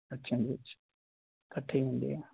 ਅੱਛਾ ਜੀ ਅੱਛਾ ਇਕੱਠੇ ਹੀ ਹੁੰਦੇ ਆ